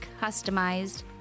customized